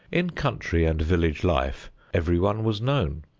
in country and village life everyone was known,